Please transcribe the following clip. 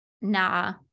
nah